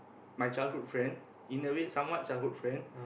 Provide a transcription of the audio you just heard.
my childhood friend in a way somewhat childhood friend